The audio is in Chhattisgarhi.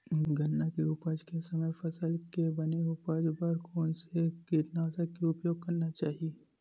गन्ना के उपज के समय फसल के बने उपज बर कोन से कीटनाशक के उपयोग करना चाहि?